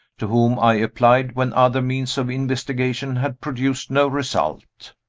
to whom i applied when other means of investigation had produced no result.